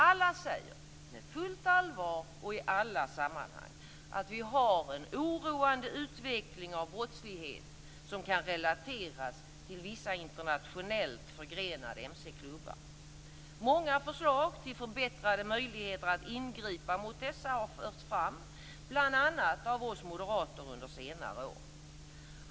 Alla säger, med fullt allvar och i alla sammanhang, att vi har en oroande utveckling av brottslighet som kan relateras till vissa internationellt förgrenade mc-klubbar. Många förslag till förbättrade möjligheter att ingripa mot dessa har förts fram, bl.a. av oss moderater, under senare år.